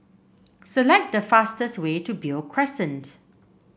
select the fastest way to Beo Crescent